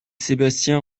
sébastien